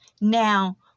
Now